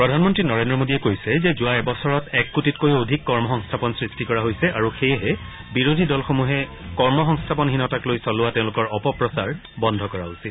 প্ৰধানমন্ত্ৰী নৰেন্দ্ৰ মোডীয়ে কৈছে যে যোৱা এবছৰত দেশত এক কোটিতকৈও অধিক কৰ্মসংস্থাপন সৃষ্টি কৰা হৈছে আৰু সেয়েহে বিৰোধী দলসমূহে কৰ্মসংস্থাপনহীনতাক লৈ চলোৱা তেওঁলোকৰ অপপ্ৰচাৰ বন্ধ কৰা উচিত